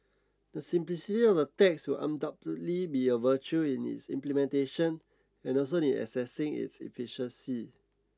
the sympathy of the tax will undoubtedly be a virtue in its implementation and also in assessing its efficacy